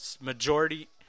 majority